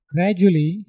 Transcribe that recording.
Gradually